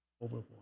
overboard